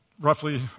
roughly